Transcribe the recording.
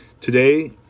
today